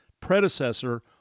predecessor